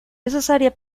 necesaria